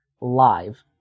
live